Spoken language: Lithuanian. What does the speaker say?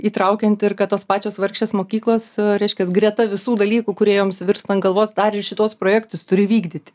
įtraukiant ir kad tos pačios vargšės mokyklos reiškias greta visų dalykų kurie joms virsta ant galvos dar ir šituos projektus turi vykdyti